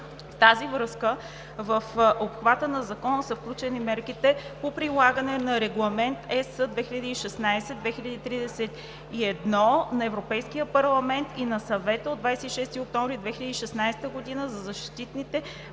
тази връзка в обхвата на Закона са включени мерките по прилагане на Регламент (EС) 2016/2031 на Европейския парламент и на Съвета от 26 октомври 2016 г. за защитните мерки